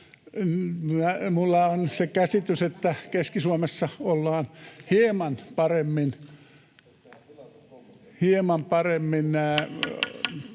Minulla on se käsitys, että Keski-Suomessa ollaan hieman paremmin